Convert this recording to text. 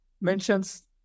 mentions